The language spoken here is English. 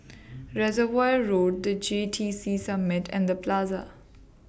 Reservoir Road The J T C Summit and The Plaza